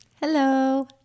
hello